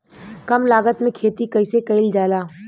कम लागत में खेती कइसे कइल जाला?